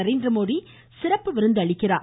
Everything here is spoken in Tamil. நரேந்திரமோடி சிறப்பு விருந்தளிக்கிறார்